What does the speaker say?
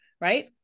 right